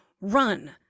run